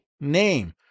name